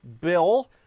bill